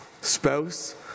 spouse